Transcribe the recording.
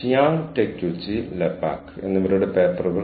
ഒന്ന് Jiang Takeuchi Lepak Jiang Takeuchi Lepak എന്നിവരുടേതാണ്